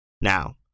Now